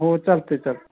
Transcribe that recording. हो चालतं आहे चाल